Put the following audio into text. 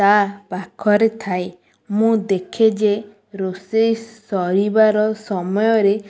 ତା' ପାଖରେ ଥାଏ ମୁଁ ଦେଖେ ଯେ ରୋଷେଇ ସରିବାର ସମୟରେ